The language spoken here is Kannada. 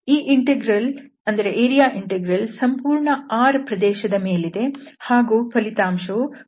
ಈ ಇಂಟೆಗ್ರಲ್ ಸಂಪೂರ್ಣ R ಪ್ರದೇಶದ ಮೇಲಿದೆ ಹಾಗೂ ಫಲಿತಾಂಶವು CF1dx ಆಗಿದೆ